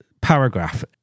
paragraph